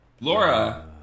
laura